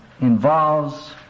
involves